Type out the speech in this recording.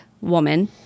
woman